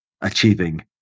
achieving